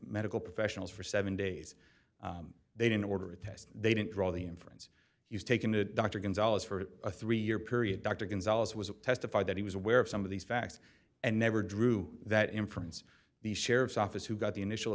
medical professionals for seven days they didn't order a test they didn't draw the inference he's taken a doctor gonzales for a three year period dr gonzales was testified that he was aware of some of these facts and never drew that inference the sheriff's office who got the initial